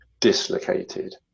dislocated